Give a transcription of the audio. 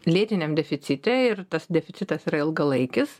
lėtiniam deficite ir tas deficitas yra ilgalaikis